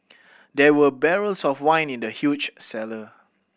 there were barrels of wine in the huge cellar